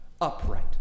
upright